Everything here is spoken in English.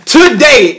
Today